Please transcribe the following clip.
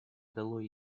дало